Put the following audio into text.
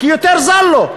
כי יותר זול לו.